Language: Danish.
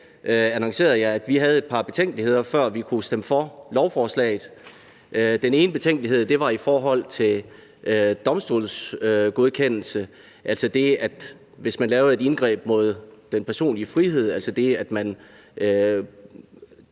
annoncerede jeg, at vi havde et par betænkeligheder i forhold til at kunne stemme for lovforslaget. Den ene betænkelighed var om domstolsgodkendelse – altså det, at man lavede et indgreb mod den personlige frihed og altså tiltvang